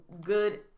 good